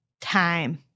time